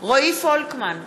רועי פולקמן,